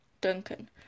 duncan